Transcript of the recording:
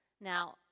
Now